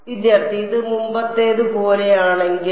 വിദ്യാർത്ഥി ഇത് മുമ്പത്തേതുപോലെയാണെങ്കിൽ